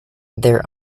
their